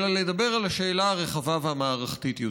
אלא לדבר על השאלה הרחבה והמערכתית יותר: